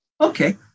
Okay